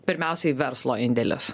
pirmiausiai verslo indėlis